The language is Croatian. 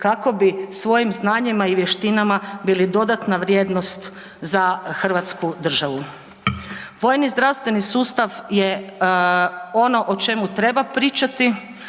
kako bi svojim znanjima i vještinama bili dodatna vrijednost za hrvatsku državu. Vojni zdravstveni sustav je ono o čemu treba pričati,